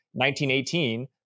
1918